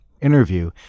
interview